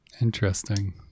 interesting